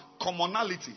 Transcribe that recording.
commonality